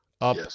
up